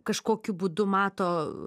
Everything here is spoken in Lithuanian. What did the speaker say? kažkokiu būdu mato